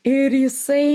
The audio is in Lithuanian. ir jisai